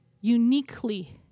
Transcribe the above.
uniquely